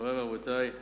מורי ורבותי,